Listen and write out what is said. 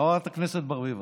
חברת הכנסת ברביבאי,